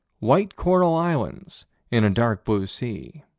white coral islands in a dark blue sea.